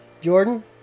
Jordan